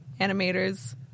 animators